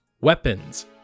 weapons